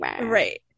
Right